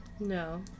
no